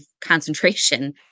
concentration